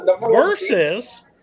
versus